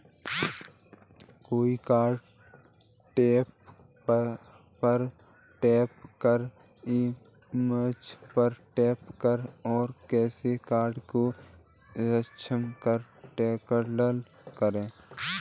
cash card tab पर tap करें, image पर टैप करें और कैश कार्ड को सक्षम करें टॉगल करें